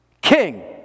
King